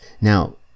Now